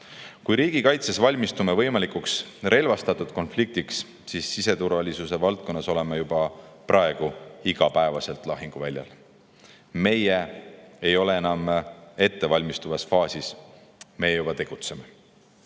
Kui me riigikaitses valmistume võimalikuks relvastatud konfliktiks, siis siseturvalisuse valdkonnas oleme juba praegu igapäevaselt lahinguväljal. Me ei ole enam ettevalmistavas faasis, me juba tegutseme.